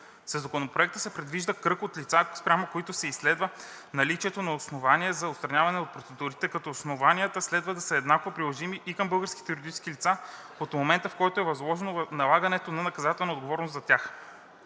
Със Законопроекта се прецизира кръгът на лицата, спрямо които ще се изследва наличието на основания за отстраняване от процедурите, като основанията следва да са еднакво приложими и към българските юридически лица от момента, в който е възможно налагането на наказателна отговорност за тях.